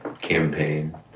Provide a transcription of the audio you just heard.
campaign